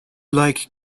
like